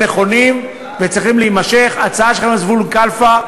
אנחנו חושבים שמי שנמצא שם עשרות שנים ויושב שם באישור המדינה,